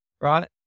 right